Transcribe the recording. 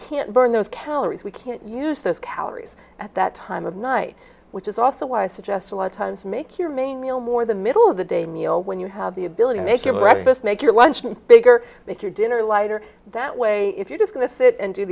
can't burn those calories we can't use those calories at that time of night which is also why i suggest a lot of times make your main meal more the middle of the day meal when you have the ability to make your breakfast make your lunch and bigger make your dinner lighter that way if you're just going to sit and do